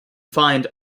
find